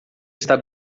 está